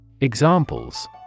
Examples